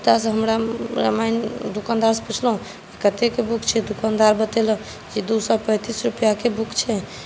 ओतयसँ हमरा रामायण दोकानदारसँ पूछलहुँ कतेकके बुक छै दोकानदार बतेलक दू सए पैँतीस रुपैआक बुक छै